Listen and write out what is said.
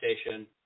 station